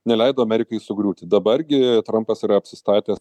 neleido amerikai sugriūti dabar gi trampas yra apsistatęs